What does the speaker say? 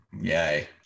Yay